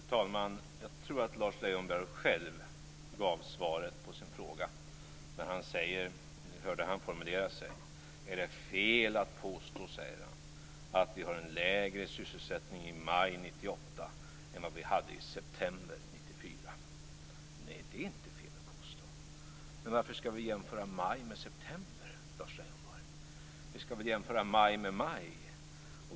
Fru talman! Jag tror att Lars Leijonborg själv gav svaret på sin fråga. Ni hörde hans formulering: Är det fel att påstå att vi har en lägre sysselsättning i maj 1998 än i september 1994? Nej, det är inte fel att påstå det. Men varför jämföra maj med september, Lars Leijonborg? Vi skall väl jämföra maj med maj?